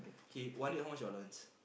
k one day how much your allowance